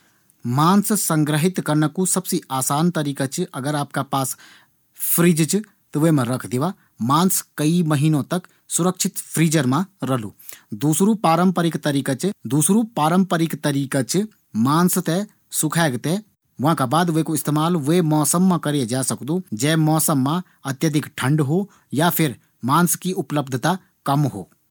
जैविक फल और सब्जी आमतौर पर अपना पारम्परिक रूप मा उगाये जाण वाला समकक्षो की तुलना मा अधिक कीमत पर ओंदी। यीकू पहलू कारण बाजार की मांग च। जबकि दूसरु कारण यू च की किसानों थें जैविक खेती का उत्पादन मा अजैविक खेती का उत्पादन की तुलना मा अधिक उत्पादन लागत कू सामना करना पड़दू।